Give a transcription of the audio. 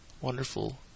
wonderful